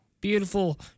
beautiful